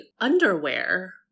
underwear